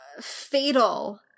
fatal